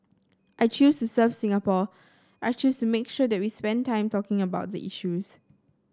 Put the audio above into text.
I chose to serve Singapore I chose to make sure that we spend time talking about the issues